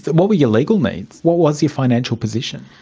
um what were your legal needs, what was your financial position?